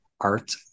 art